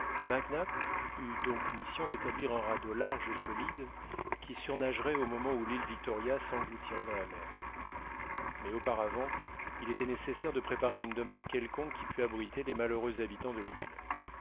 eut donc mission d'établir un radeau large et solide qui surnagerait au moment où l'île victoria s'engloutirait dans la mer mais auparavant il était nécessaire de préparer une demeure quelconque qui pût abriter les malheureux habitants de l'île